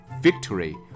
victory